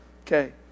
Okay